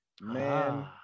Man